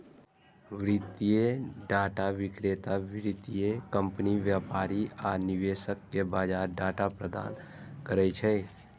वित्तीय डाटा विक्रेता वित्तीय कंपनी, व्यापारी आ निवेशक कें बाजार डाटा प्रदान करै छै